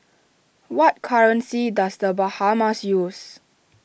what currency does the Bahamas use